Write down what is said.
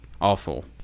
awful